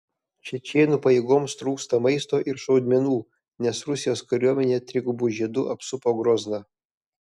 čečėnų pajėgoms trūksta maisto ir šaudmenų nes rusijos kariuomenė trigubu žiedu apsupo grozną